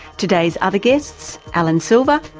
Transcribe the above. today's other guests, allan silver,